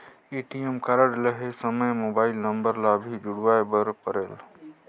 ATM card लहे समय mobile number ला भी जुड़वाए बर परेल?